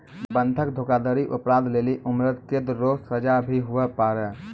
बंधक धोखाधड़ी अपराध लेली उम्रकैद रो सजा भी हुवै पारै